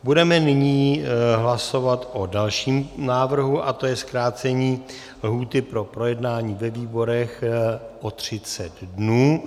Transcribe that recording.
Budeme nyní hlasovat o dalším návrhu, a to je zkrácení lhůty pro projednání ve výborech o třicet dnů.